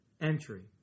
entry